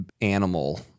animal